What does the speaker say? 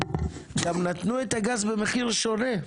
גם נתנו את הגז במחיר שונה.